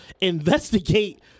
Investigate